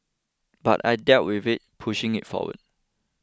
but I deal with it pushing it forward